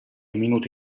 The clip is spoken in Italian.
minuto